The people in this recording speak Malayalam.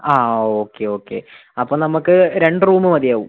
ആ ഓക്കെ ഓക്കെ അപ്പം നമുക്ക് രണ്ട് റൂമ് മതിയാവും